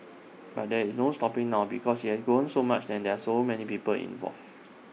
but there is no stopping now because IT has grown so much and there are so many people involved